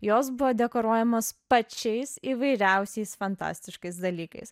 jos buvo dekoruojamos pačiais įvairiausiais fantastiškais dalykais